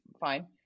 fine